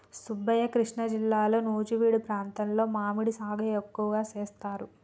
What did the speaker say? సుబ్బయ్య కృష్ణా జిల్లాలో నుజివీడు ప్రాంతంలో మామిడి సాగు ఎక్కువగా సేస్తారు